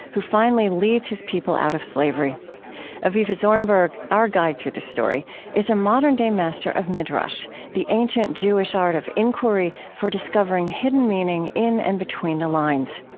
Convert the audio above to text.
who finally leads his people out of slavery avivah zornberg, our guide through the story, is a modern-day master of midrash the ancient jewish art of inquiry for discovering hidden meaning in and between the lines.